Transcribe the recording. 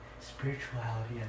spirituality